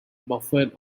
buffer